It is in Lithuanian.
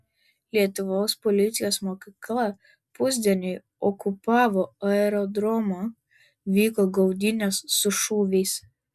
lietuvos policijos mokykla pusdieniui okupavo aerodromą vyko gaudynės su šūviais